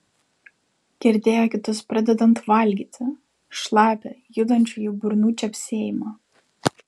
girdėjo kitus pradedant valgyti šlapią judančių jų burnų čepsėjimą